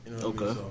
Okay